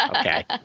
Okay